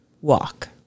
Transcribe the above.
walk